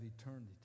eternity